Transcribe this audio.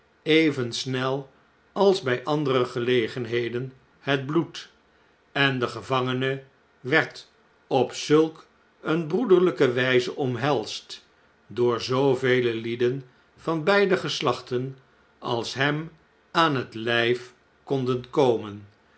even snel als by andere gelegenheden het bloed en de gevangene werd op zulk een broederlijke wjjze omhelsd door zoovele lieden van beide feslachten als hem aan t ujf konden komen